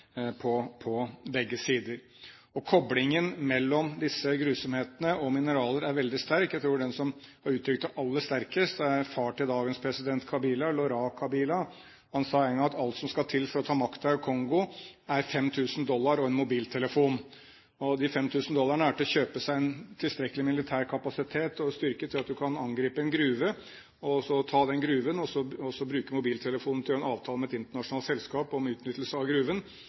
på begge sider. Koblingen mellom disse grusomhetene og mineraler er veldig sterk. Jeg tror den som har uttrykt det aller sterkest, er far til dagens president Kabila, Laurent Kabila. Han sa en gang at alt som skal til for å ta makten i Kongo, er 5 000 dollar og en mobiltelefon. De 5 000 dollarene er til å kjøpe seg en tilstrekkelig militær kapasitet og styrke til at du kan angripe en gruve, så ta den gruven og bruke mobiltelefonen for å gjøre en avtale med et internasjonalt selskap om utnyttelse av gruven.